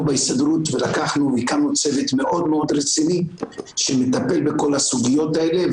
בהסתדרות צוות מאוד מאוד רציני שמטפל בכל הסוגיות האלה.